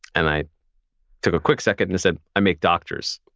and i took a quick second and said, i make doctors.